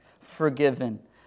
forgiven